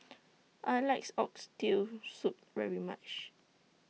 I like Oxtail Soup very much